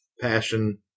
passion